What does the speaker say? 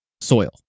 soil